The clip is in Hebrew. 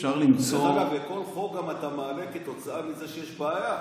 דרך אגב, כל חוק אתה מעלה כתוצאה מזה שיש בעיה.